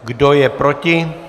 Kdo je proti?